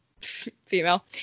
female